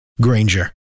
Granger